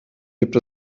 gibt